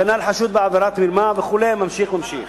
כנ"ל, חשוד בעבירת מרמה וכו', ממשיך, ממשיך.